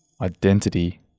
identity